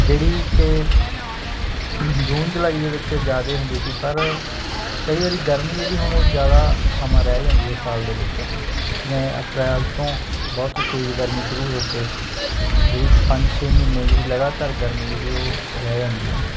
ਜਿਹੜੀ ਕਿ ਜੂਨ ਜੁਲਾਈ ਦੇ ਵਿੱਚ ਜ਼ਿਆਦਾ ਹੁੰਦੀ ਸੀ ਪਰ ਕਈ ਵਾਰ ਗਰਮੀ ਜਿਹੜੀ ਉਹ ਜ਼ਿਆਦਾ ਸਮਾਂ ਰਹਿ ਜਾਂਦੀ ਆ ਸਾਲ ਦੇ ਵਿੱਚ ਜਿਵੇਂ ਅਪ੍ਰੈਲ ਤੋਂ ਬਹੁਤ ਤੇਜ਼ ਗਰਮੀ ਸ਼ੁਰੂ ਹੋ ਕੇ ਜਿਹੜੀ ਪੰਜ ਛੇ ਮਹੀਨੇ ਜਿਹੜੀ ਲਗਾਤਾਰ ਗਰਮੀ ਜਿਹੜੀ ਉਹ ਰਹਿ ਜਾਂਦੀ ਹੈ